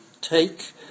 take